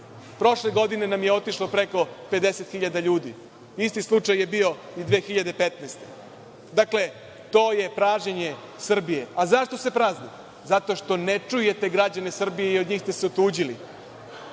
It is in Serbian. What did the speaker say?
vlast. Prošle godine nam je otišlo preko 50 hiljada ljudi. Isti slučaj je bio i 2015. godine. Dakle, to je pražnjenje Srbije. A zašto se prazni? Zato što ne čujete građane Srbije i od njih ste se otuđili. Pre